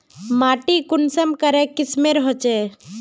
माटी कुंसम करे किस्मेर होचए?